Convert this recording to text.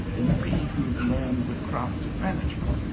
and b who have learned the craft of management.